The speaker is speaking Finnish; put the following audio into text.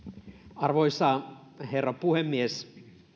arvoisa herra puhemies